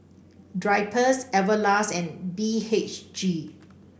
Drypers Everlast and B H G